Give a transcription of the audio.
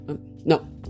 no